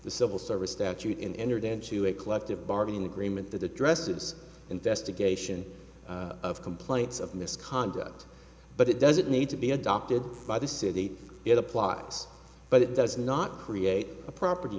the civil service statute and entered into a collective bargaining agreement that addresses this investigation of complaints of misconduct but it doesn't need to be adopted by the city it applies but it does not create a property